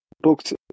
booked